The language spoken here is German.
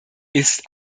ist